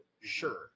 Sure